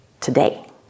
today